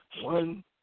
one